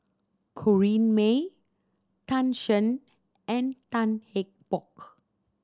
Corrinne May Tan Shen and Tan Eng Bock